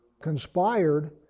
conspired